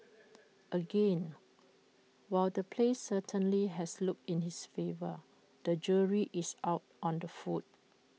again while the place certainly has looks in its favour the jury is out on the food